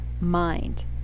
mind